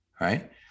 right